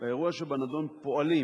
1. באירוע שבנדון פועלים